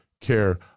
care